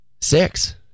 six